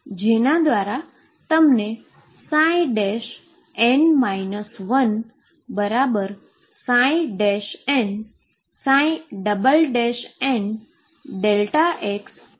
જેના દ્વારા તમને N 1N NΔx અને પછી અપડેટ કરો